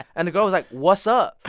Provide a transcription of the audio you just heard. and the girl was like, what's up?